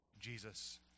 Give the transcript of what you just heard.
Jesus